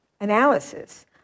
analysis